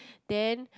then